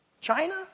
China